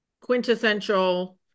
quintessential